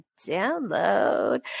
download